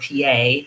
PA